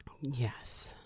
Yes